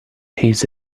his